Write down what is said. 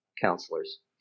counselors